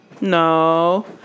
No